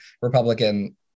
Republican